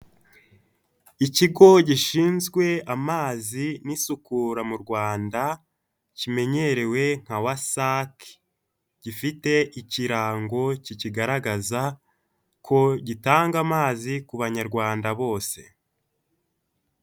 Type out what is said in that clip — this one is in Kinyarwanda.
Ikigo gishinzwe amazi n'isukura mu Rwanda kimenyerewe nka WASAC gifite ikirango kikigaragaza ko gitanga amazi ku banyarwanda bose.